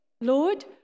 Lord